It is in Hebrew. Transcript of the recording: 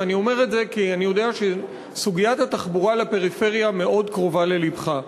ואני אומר את זה כי אני יודע שסוגיית התחבורה לפריפריה מאוד קרובה ללבך.